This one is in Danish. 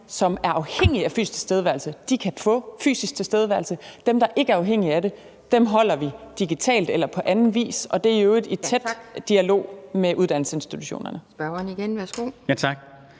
der er afhængige af fysisk tilstedeværelse, kan få fysisk tilstedeværelse, og dem, der ikke er afhængig af det, holder vi digitalt eller på anden vis, og det er i øvrigt i tæt dialog med uddannelsesinstitutionerne.